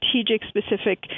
strategic-specific